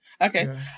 Okay